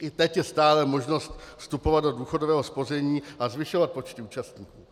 I teď je stále možnost vstupovat do důchodového spoření a zvyšovat počty účastníků.